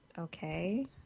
Okay